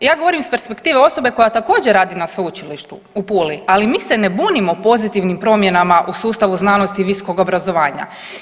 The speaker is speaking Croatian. Ja govorim iz perspektive osobe koja također radi na Sveučilištu u Puli, ali mi se ne bunimo pozitivnim promjenama u sustavu znanosti i visokog obrazovanja.